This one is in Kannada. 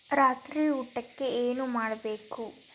ರಾತ್ರಿ ಊಟಕ್ಕೆ ಏನು ಮಾಡಬೇಕು